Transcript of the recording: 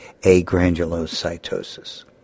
agranulocytosis